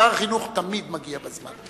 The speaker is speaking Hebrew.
שר החינוך תמיד מגיע בזמן.